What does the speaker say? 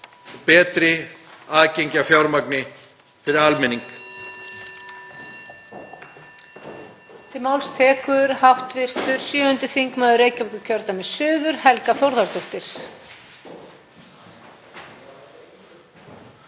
betra aðgengi að fjármagni fyrir almenning?